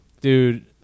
Dude